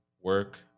work